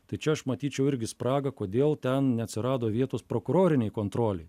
tai čia aš matyčiau irgi spragą kodėl ten neatsirado vietos prokurorinei kontrolei